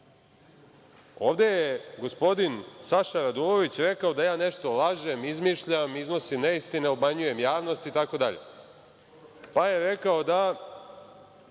Ovde je gospodin Saša Radulović rekao da ja nešto lažem, izmišljam, iznosim neistine, obmanjujem javnost itd, pa je rekao da